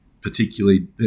particularly